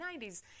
90s